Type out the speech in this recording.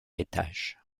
étage